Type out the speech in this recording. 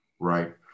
right